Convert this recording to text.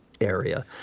area